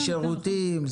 זה שירותים,